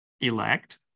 elect